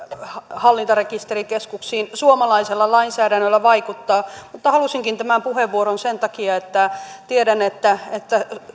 hallintarekisterikeskuksiin suomalaisella lainsäädännöllä vaikuttaa mutta halusinkin tämän puheenvuoron sen takia että tiedän että